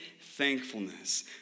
thankfulness